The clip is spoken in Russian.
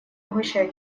угощаю